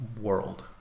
world